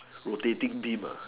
rotating beam